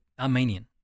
Armenian